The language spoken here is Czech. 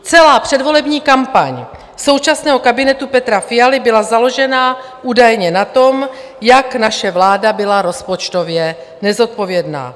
Celá předvolební kampaň současného kabinetu Petra Fialy byla založena údajně na tom, jak naše vláda byla rozpočtově nezodpovědná.